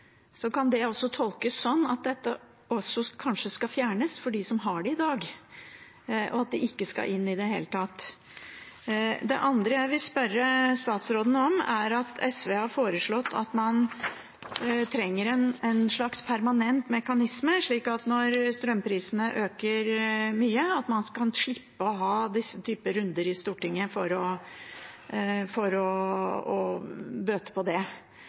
kan det også tolkes sånn at dette kanskje skal fjernes for dem som har det i dag, og at det ikke skal inn i det hele tatt. Det andre jeg vil spørre statsråden om, er: SV har foreslått at man trenger en slags permanent mekanisme, slik at når strømprisene øker mye, kan man slippe å ha denne typen runder i Stortinget for å bøte på det.